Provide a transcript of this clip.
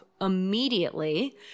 immediately